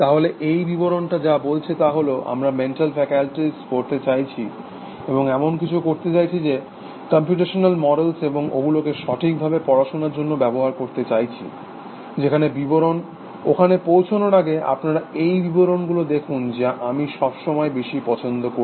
তাহলে এই বিবরণটা যা বলছে তা হল আমরা মেন্টাল ফেসিলিটি পড়তে চাইছি এবং এমন কিছু করতে চাইছি যা হল কম্পিউটেশনাল মডেল এবং ওগুলোকে সঠিকভাবে পড়াশোনার জন্য ব্যবহার করতে চাইছি যেখানে বিবরণ ওখানে পৌঁছানোর আগে আপনারা এই বিবরণগুলো দেখুন যা আমি সবচেয়ে বেশি পছন্দ করি